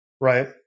right